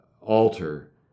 alter